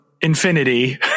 infinity